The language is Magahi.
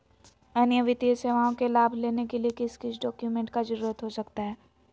अन्य वित्तीय सेवाओं के लाभ लेने के लिए किस किस डॉक्यूमेंट का जरूरत हो सकता है?